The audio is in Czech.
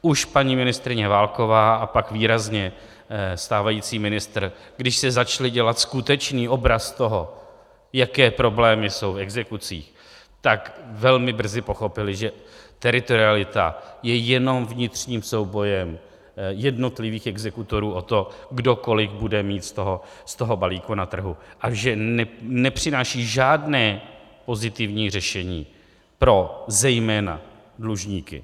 Už paní ministryně Válková a pak výrazně stávající ministr, když si začali dělat skutečný obraz toho, jaké problémy jsou v exekucích, tak velmi brzy pochopili, že teritorialita je jenom vnitřním soubojem jednotlivých exekutorů o to, kdo kolik bude mít z toho balíku na trhu, a že nepřináší žádné pozitivní řešení pro zejména dlužníky.